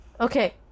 Okay